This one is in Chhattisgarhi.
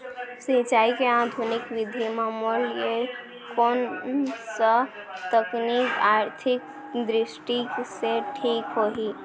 सिंचाई के आधुनिक विधि म मोर लिए कोन स तकनीक आर्थिक दृष्टि से ठीक होही?